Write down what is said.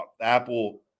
Apple